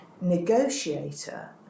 negotiator